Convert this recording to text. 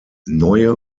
neue